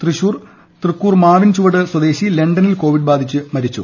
തൃശൂർ തൃക്കൂർ മാവിൻചുവട് സ്വദേശി ലണ്ടനിൽ കൊവിഡ് ബാധിച്ച് മരിച്ചു